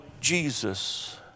Jesus